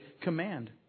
command